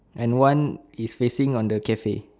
and one is facing on the cafe